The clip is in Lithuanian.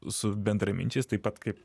su bendraminčiais taip pat kaip